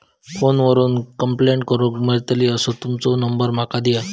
Phone करून complaint करूक मेलतली असो तुमचो नंबर माका दिया?